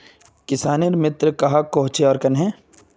किसानेर मित्र कहाक कोहचे आर कन्हे?